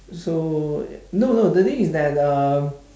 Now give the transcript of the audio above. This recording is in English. so no no the thing is that uh